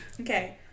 Okay